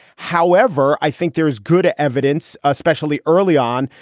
however, i think there's good evidence, especially early on,